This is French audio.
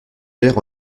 verre